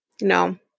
no